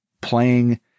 playing